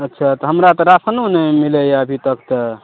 अच्छा तऽ हमरा तऽ राशनो नहि मिलैया अभी तक तऽ